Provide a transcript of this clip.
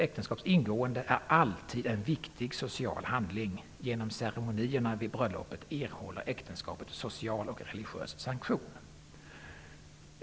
Ä:s ingående är alltid en viktig social handling; genom ceremonierna vid bröllopet erhåller Ä. social och religiös sanktion.